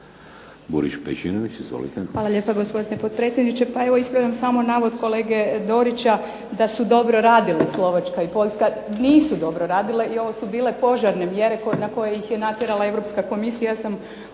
Burić Pejčinović. Izvolite.